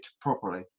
properly